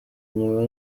nyuma